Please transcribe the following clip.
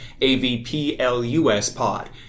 A-V-P-L-U-S-Pod